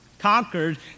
Conquered